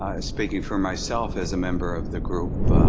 um speaking for myself as a member of the group,